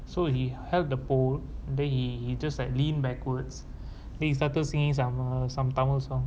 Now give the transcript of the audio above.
so he held the pole then he just like leaned backwards then he started singing some uh some tamil song